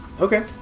Okay